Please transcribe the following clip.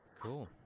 cool